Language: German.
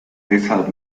weshalb